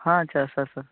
చేస్తాను సార్